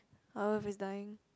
our Earth is dying